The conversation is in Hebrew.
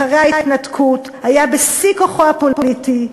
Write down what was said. אחרי ההתנתקות, היה בשיא כוחו הפוליטי.